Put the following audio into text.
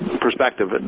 perspective